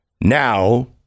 Now